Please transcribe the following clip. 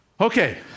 Okay